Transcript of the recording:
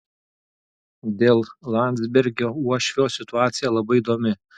dėl landsbergio uošvio situacija labai įdomi